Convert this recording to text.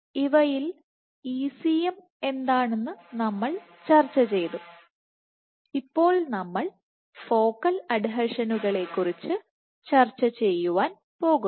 ഇവയിൽ ECM എന്താണെന്ന് നമ്മൾ ചർച്ചചെയ്തു ഇപ്പോൾ നമ്മൾ ഫോക്കൽ അഡ്ഹെഷനുകളെക്കുറിച്ച് ചർച്ചചെയ്യാൻ പോകുന്നു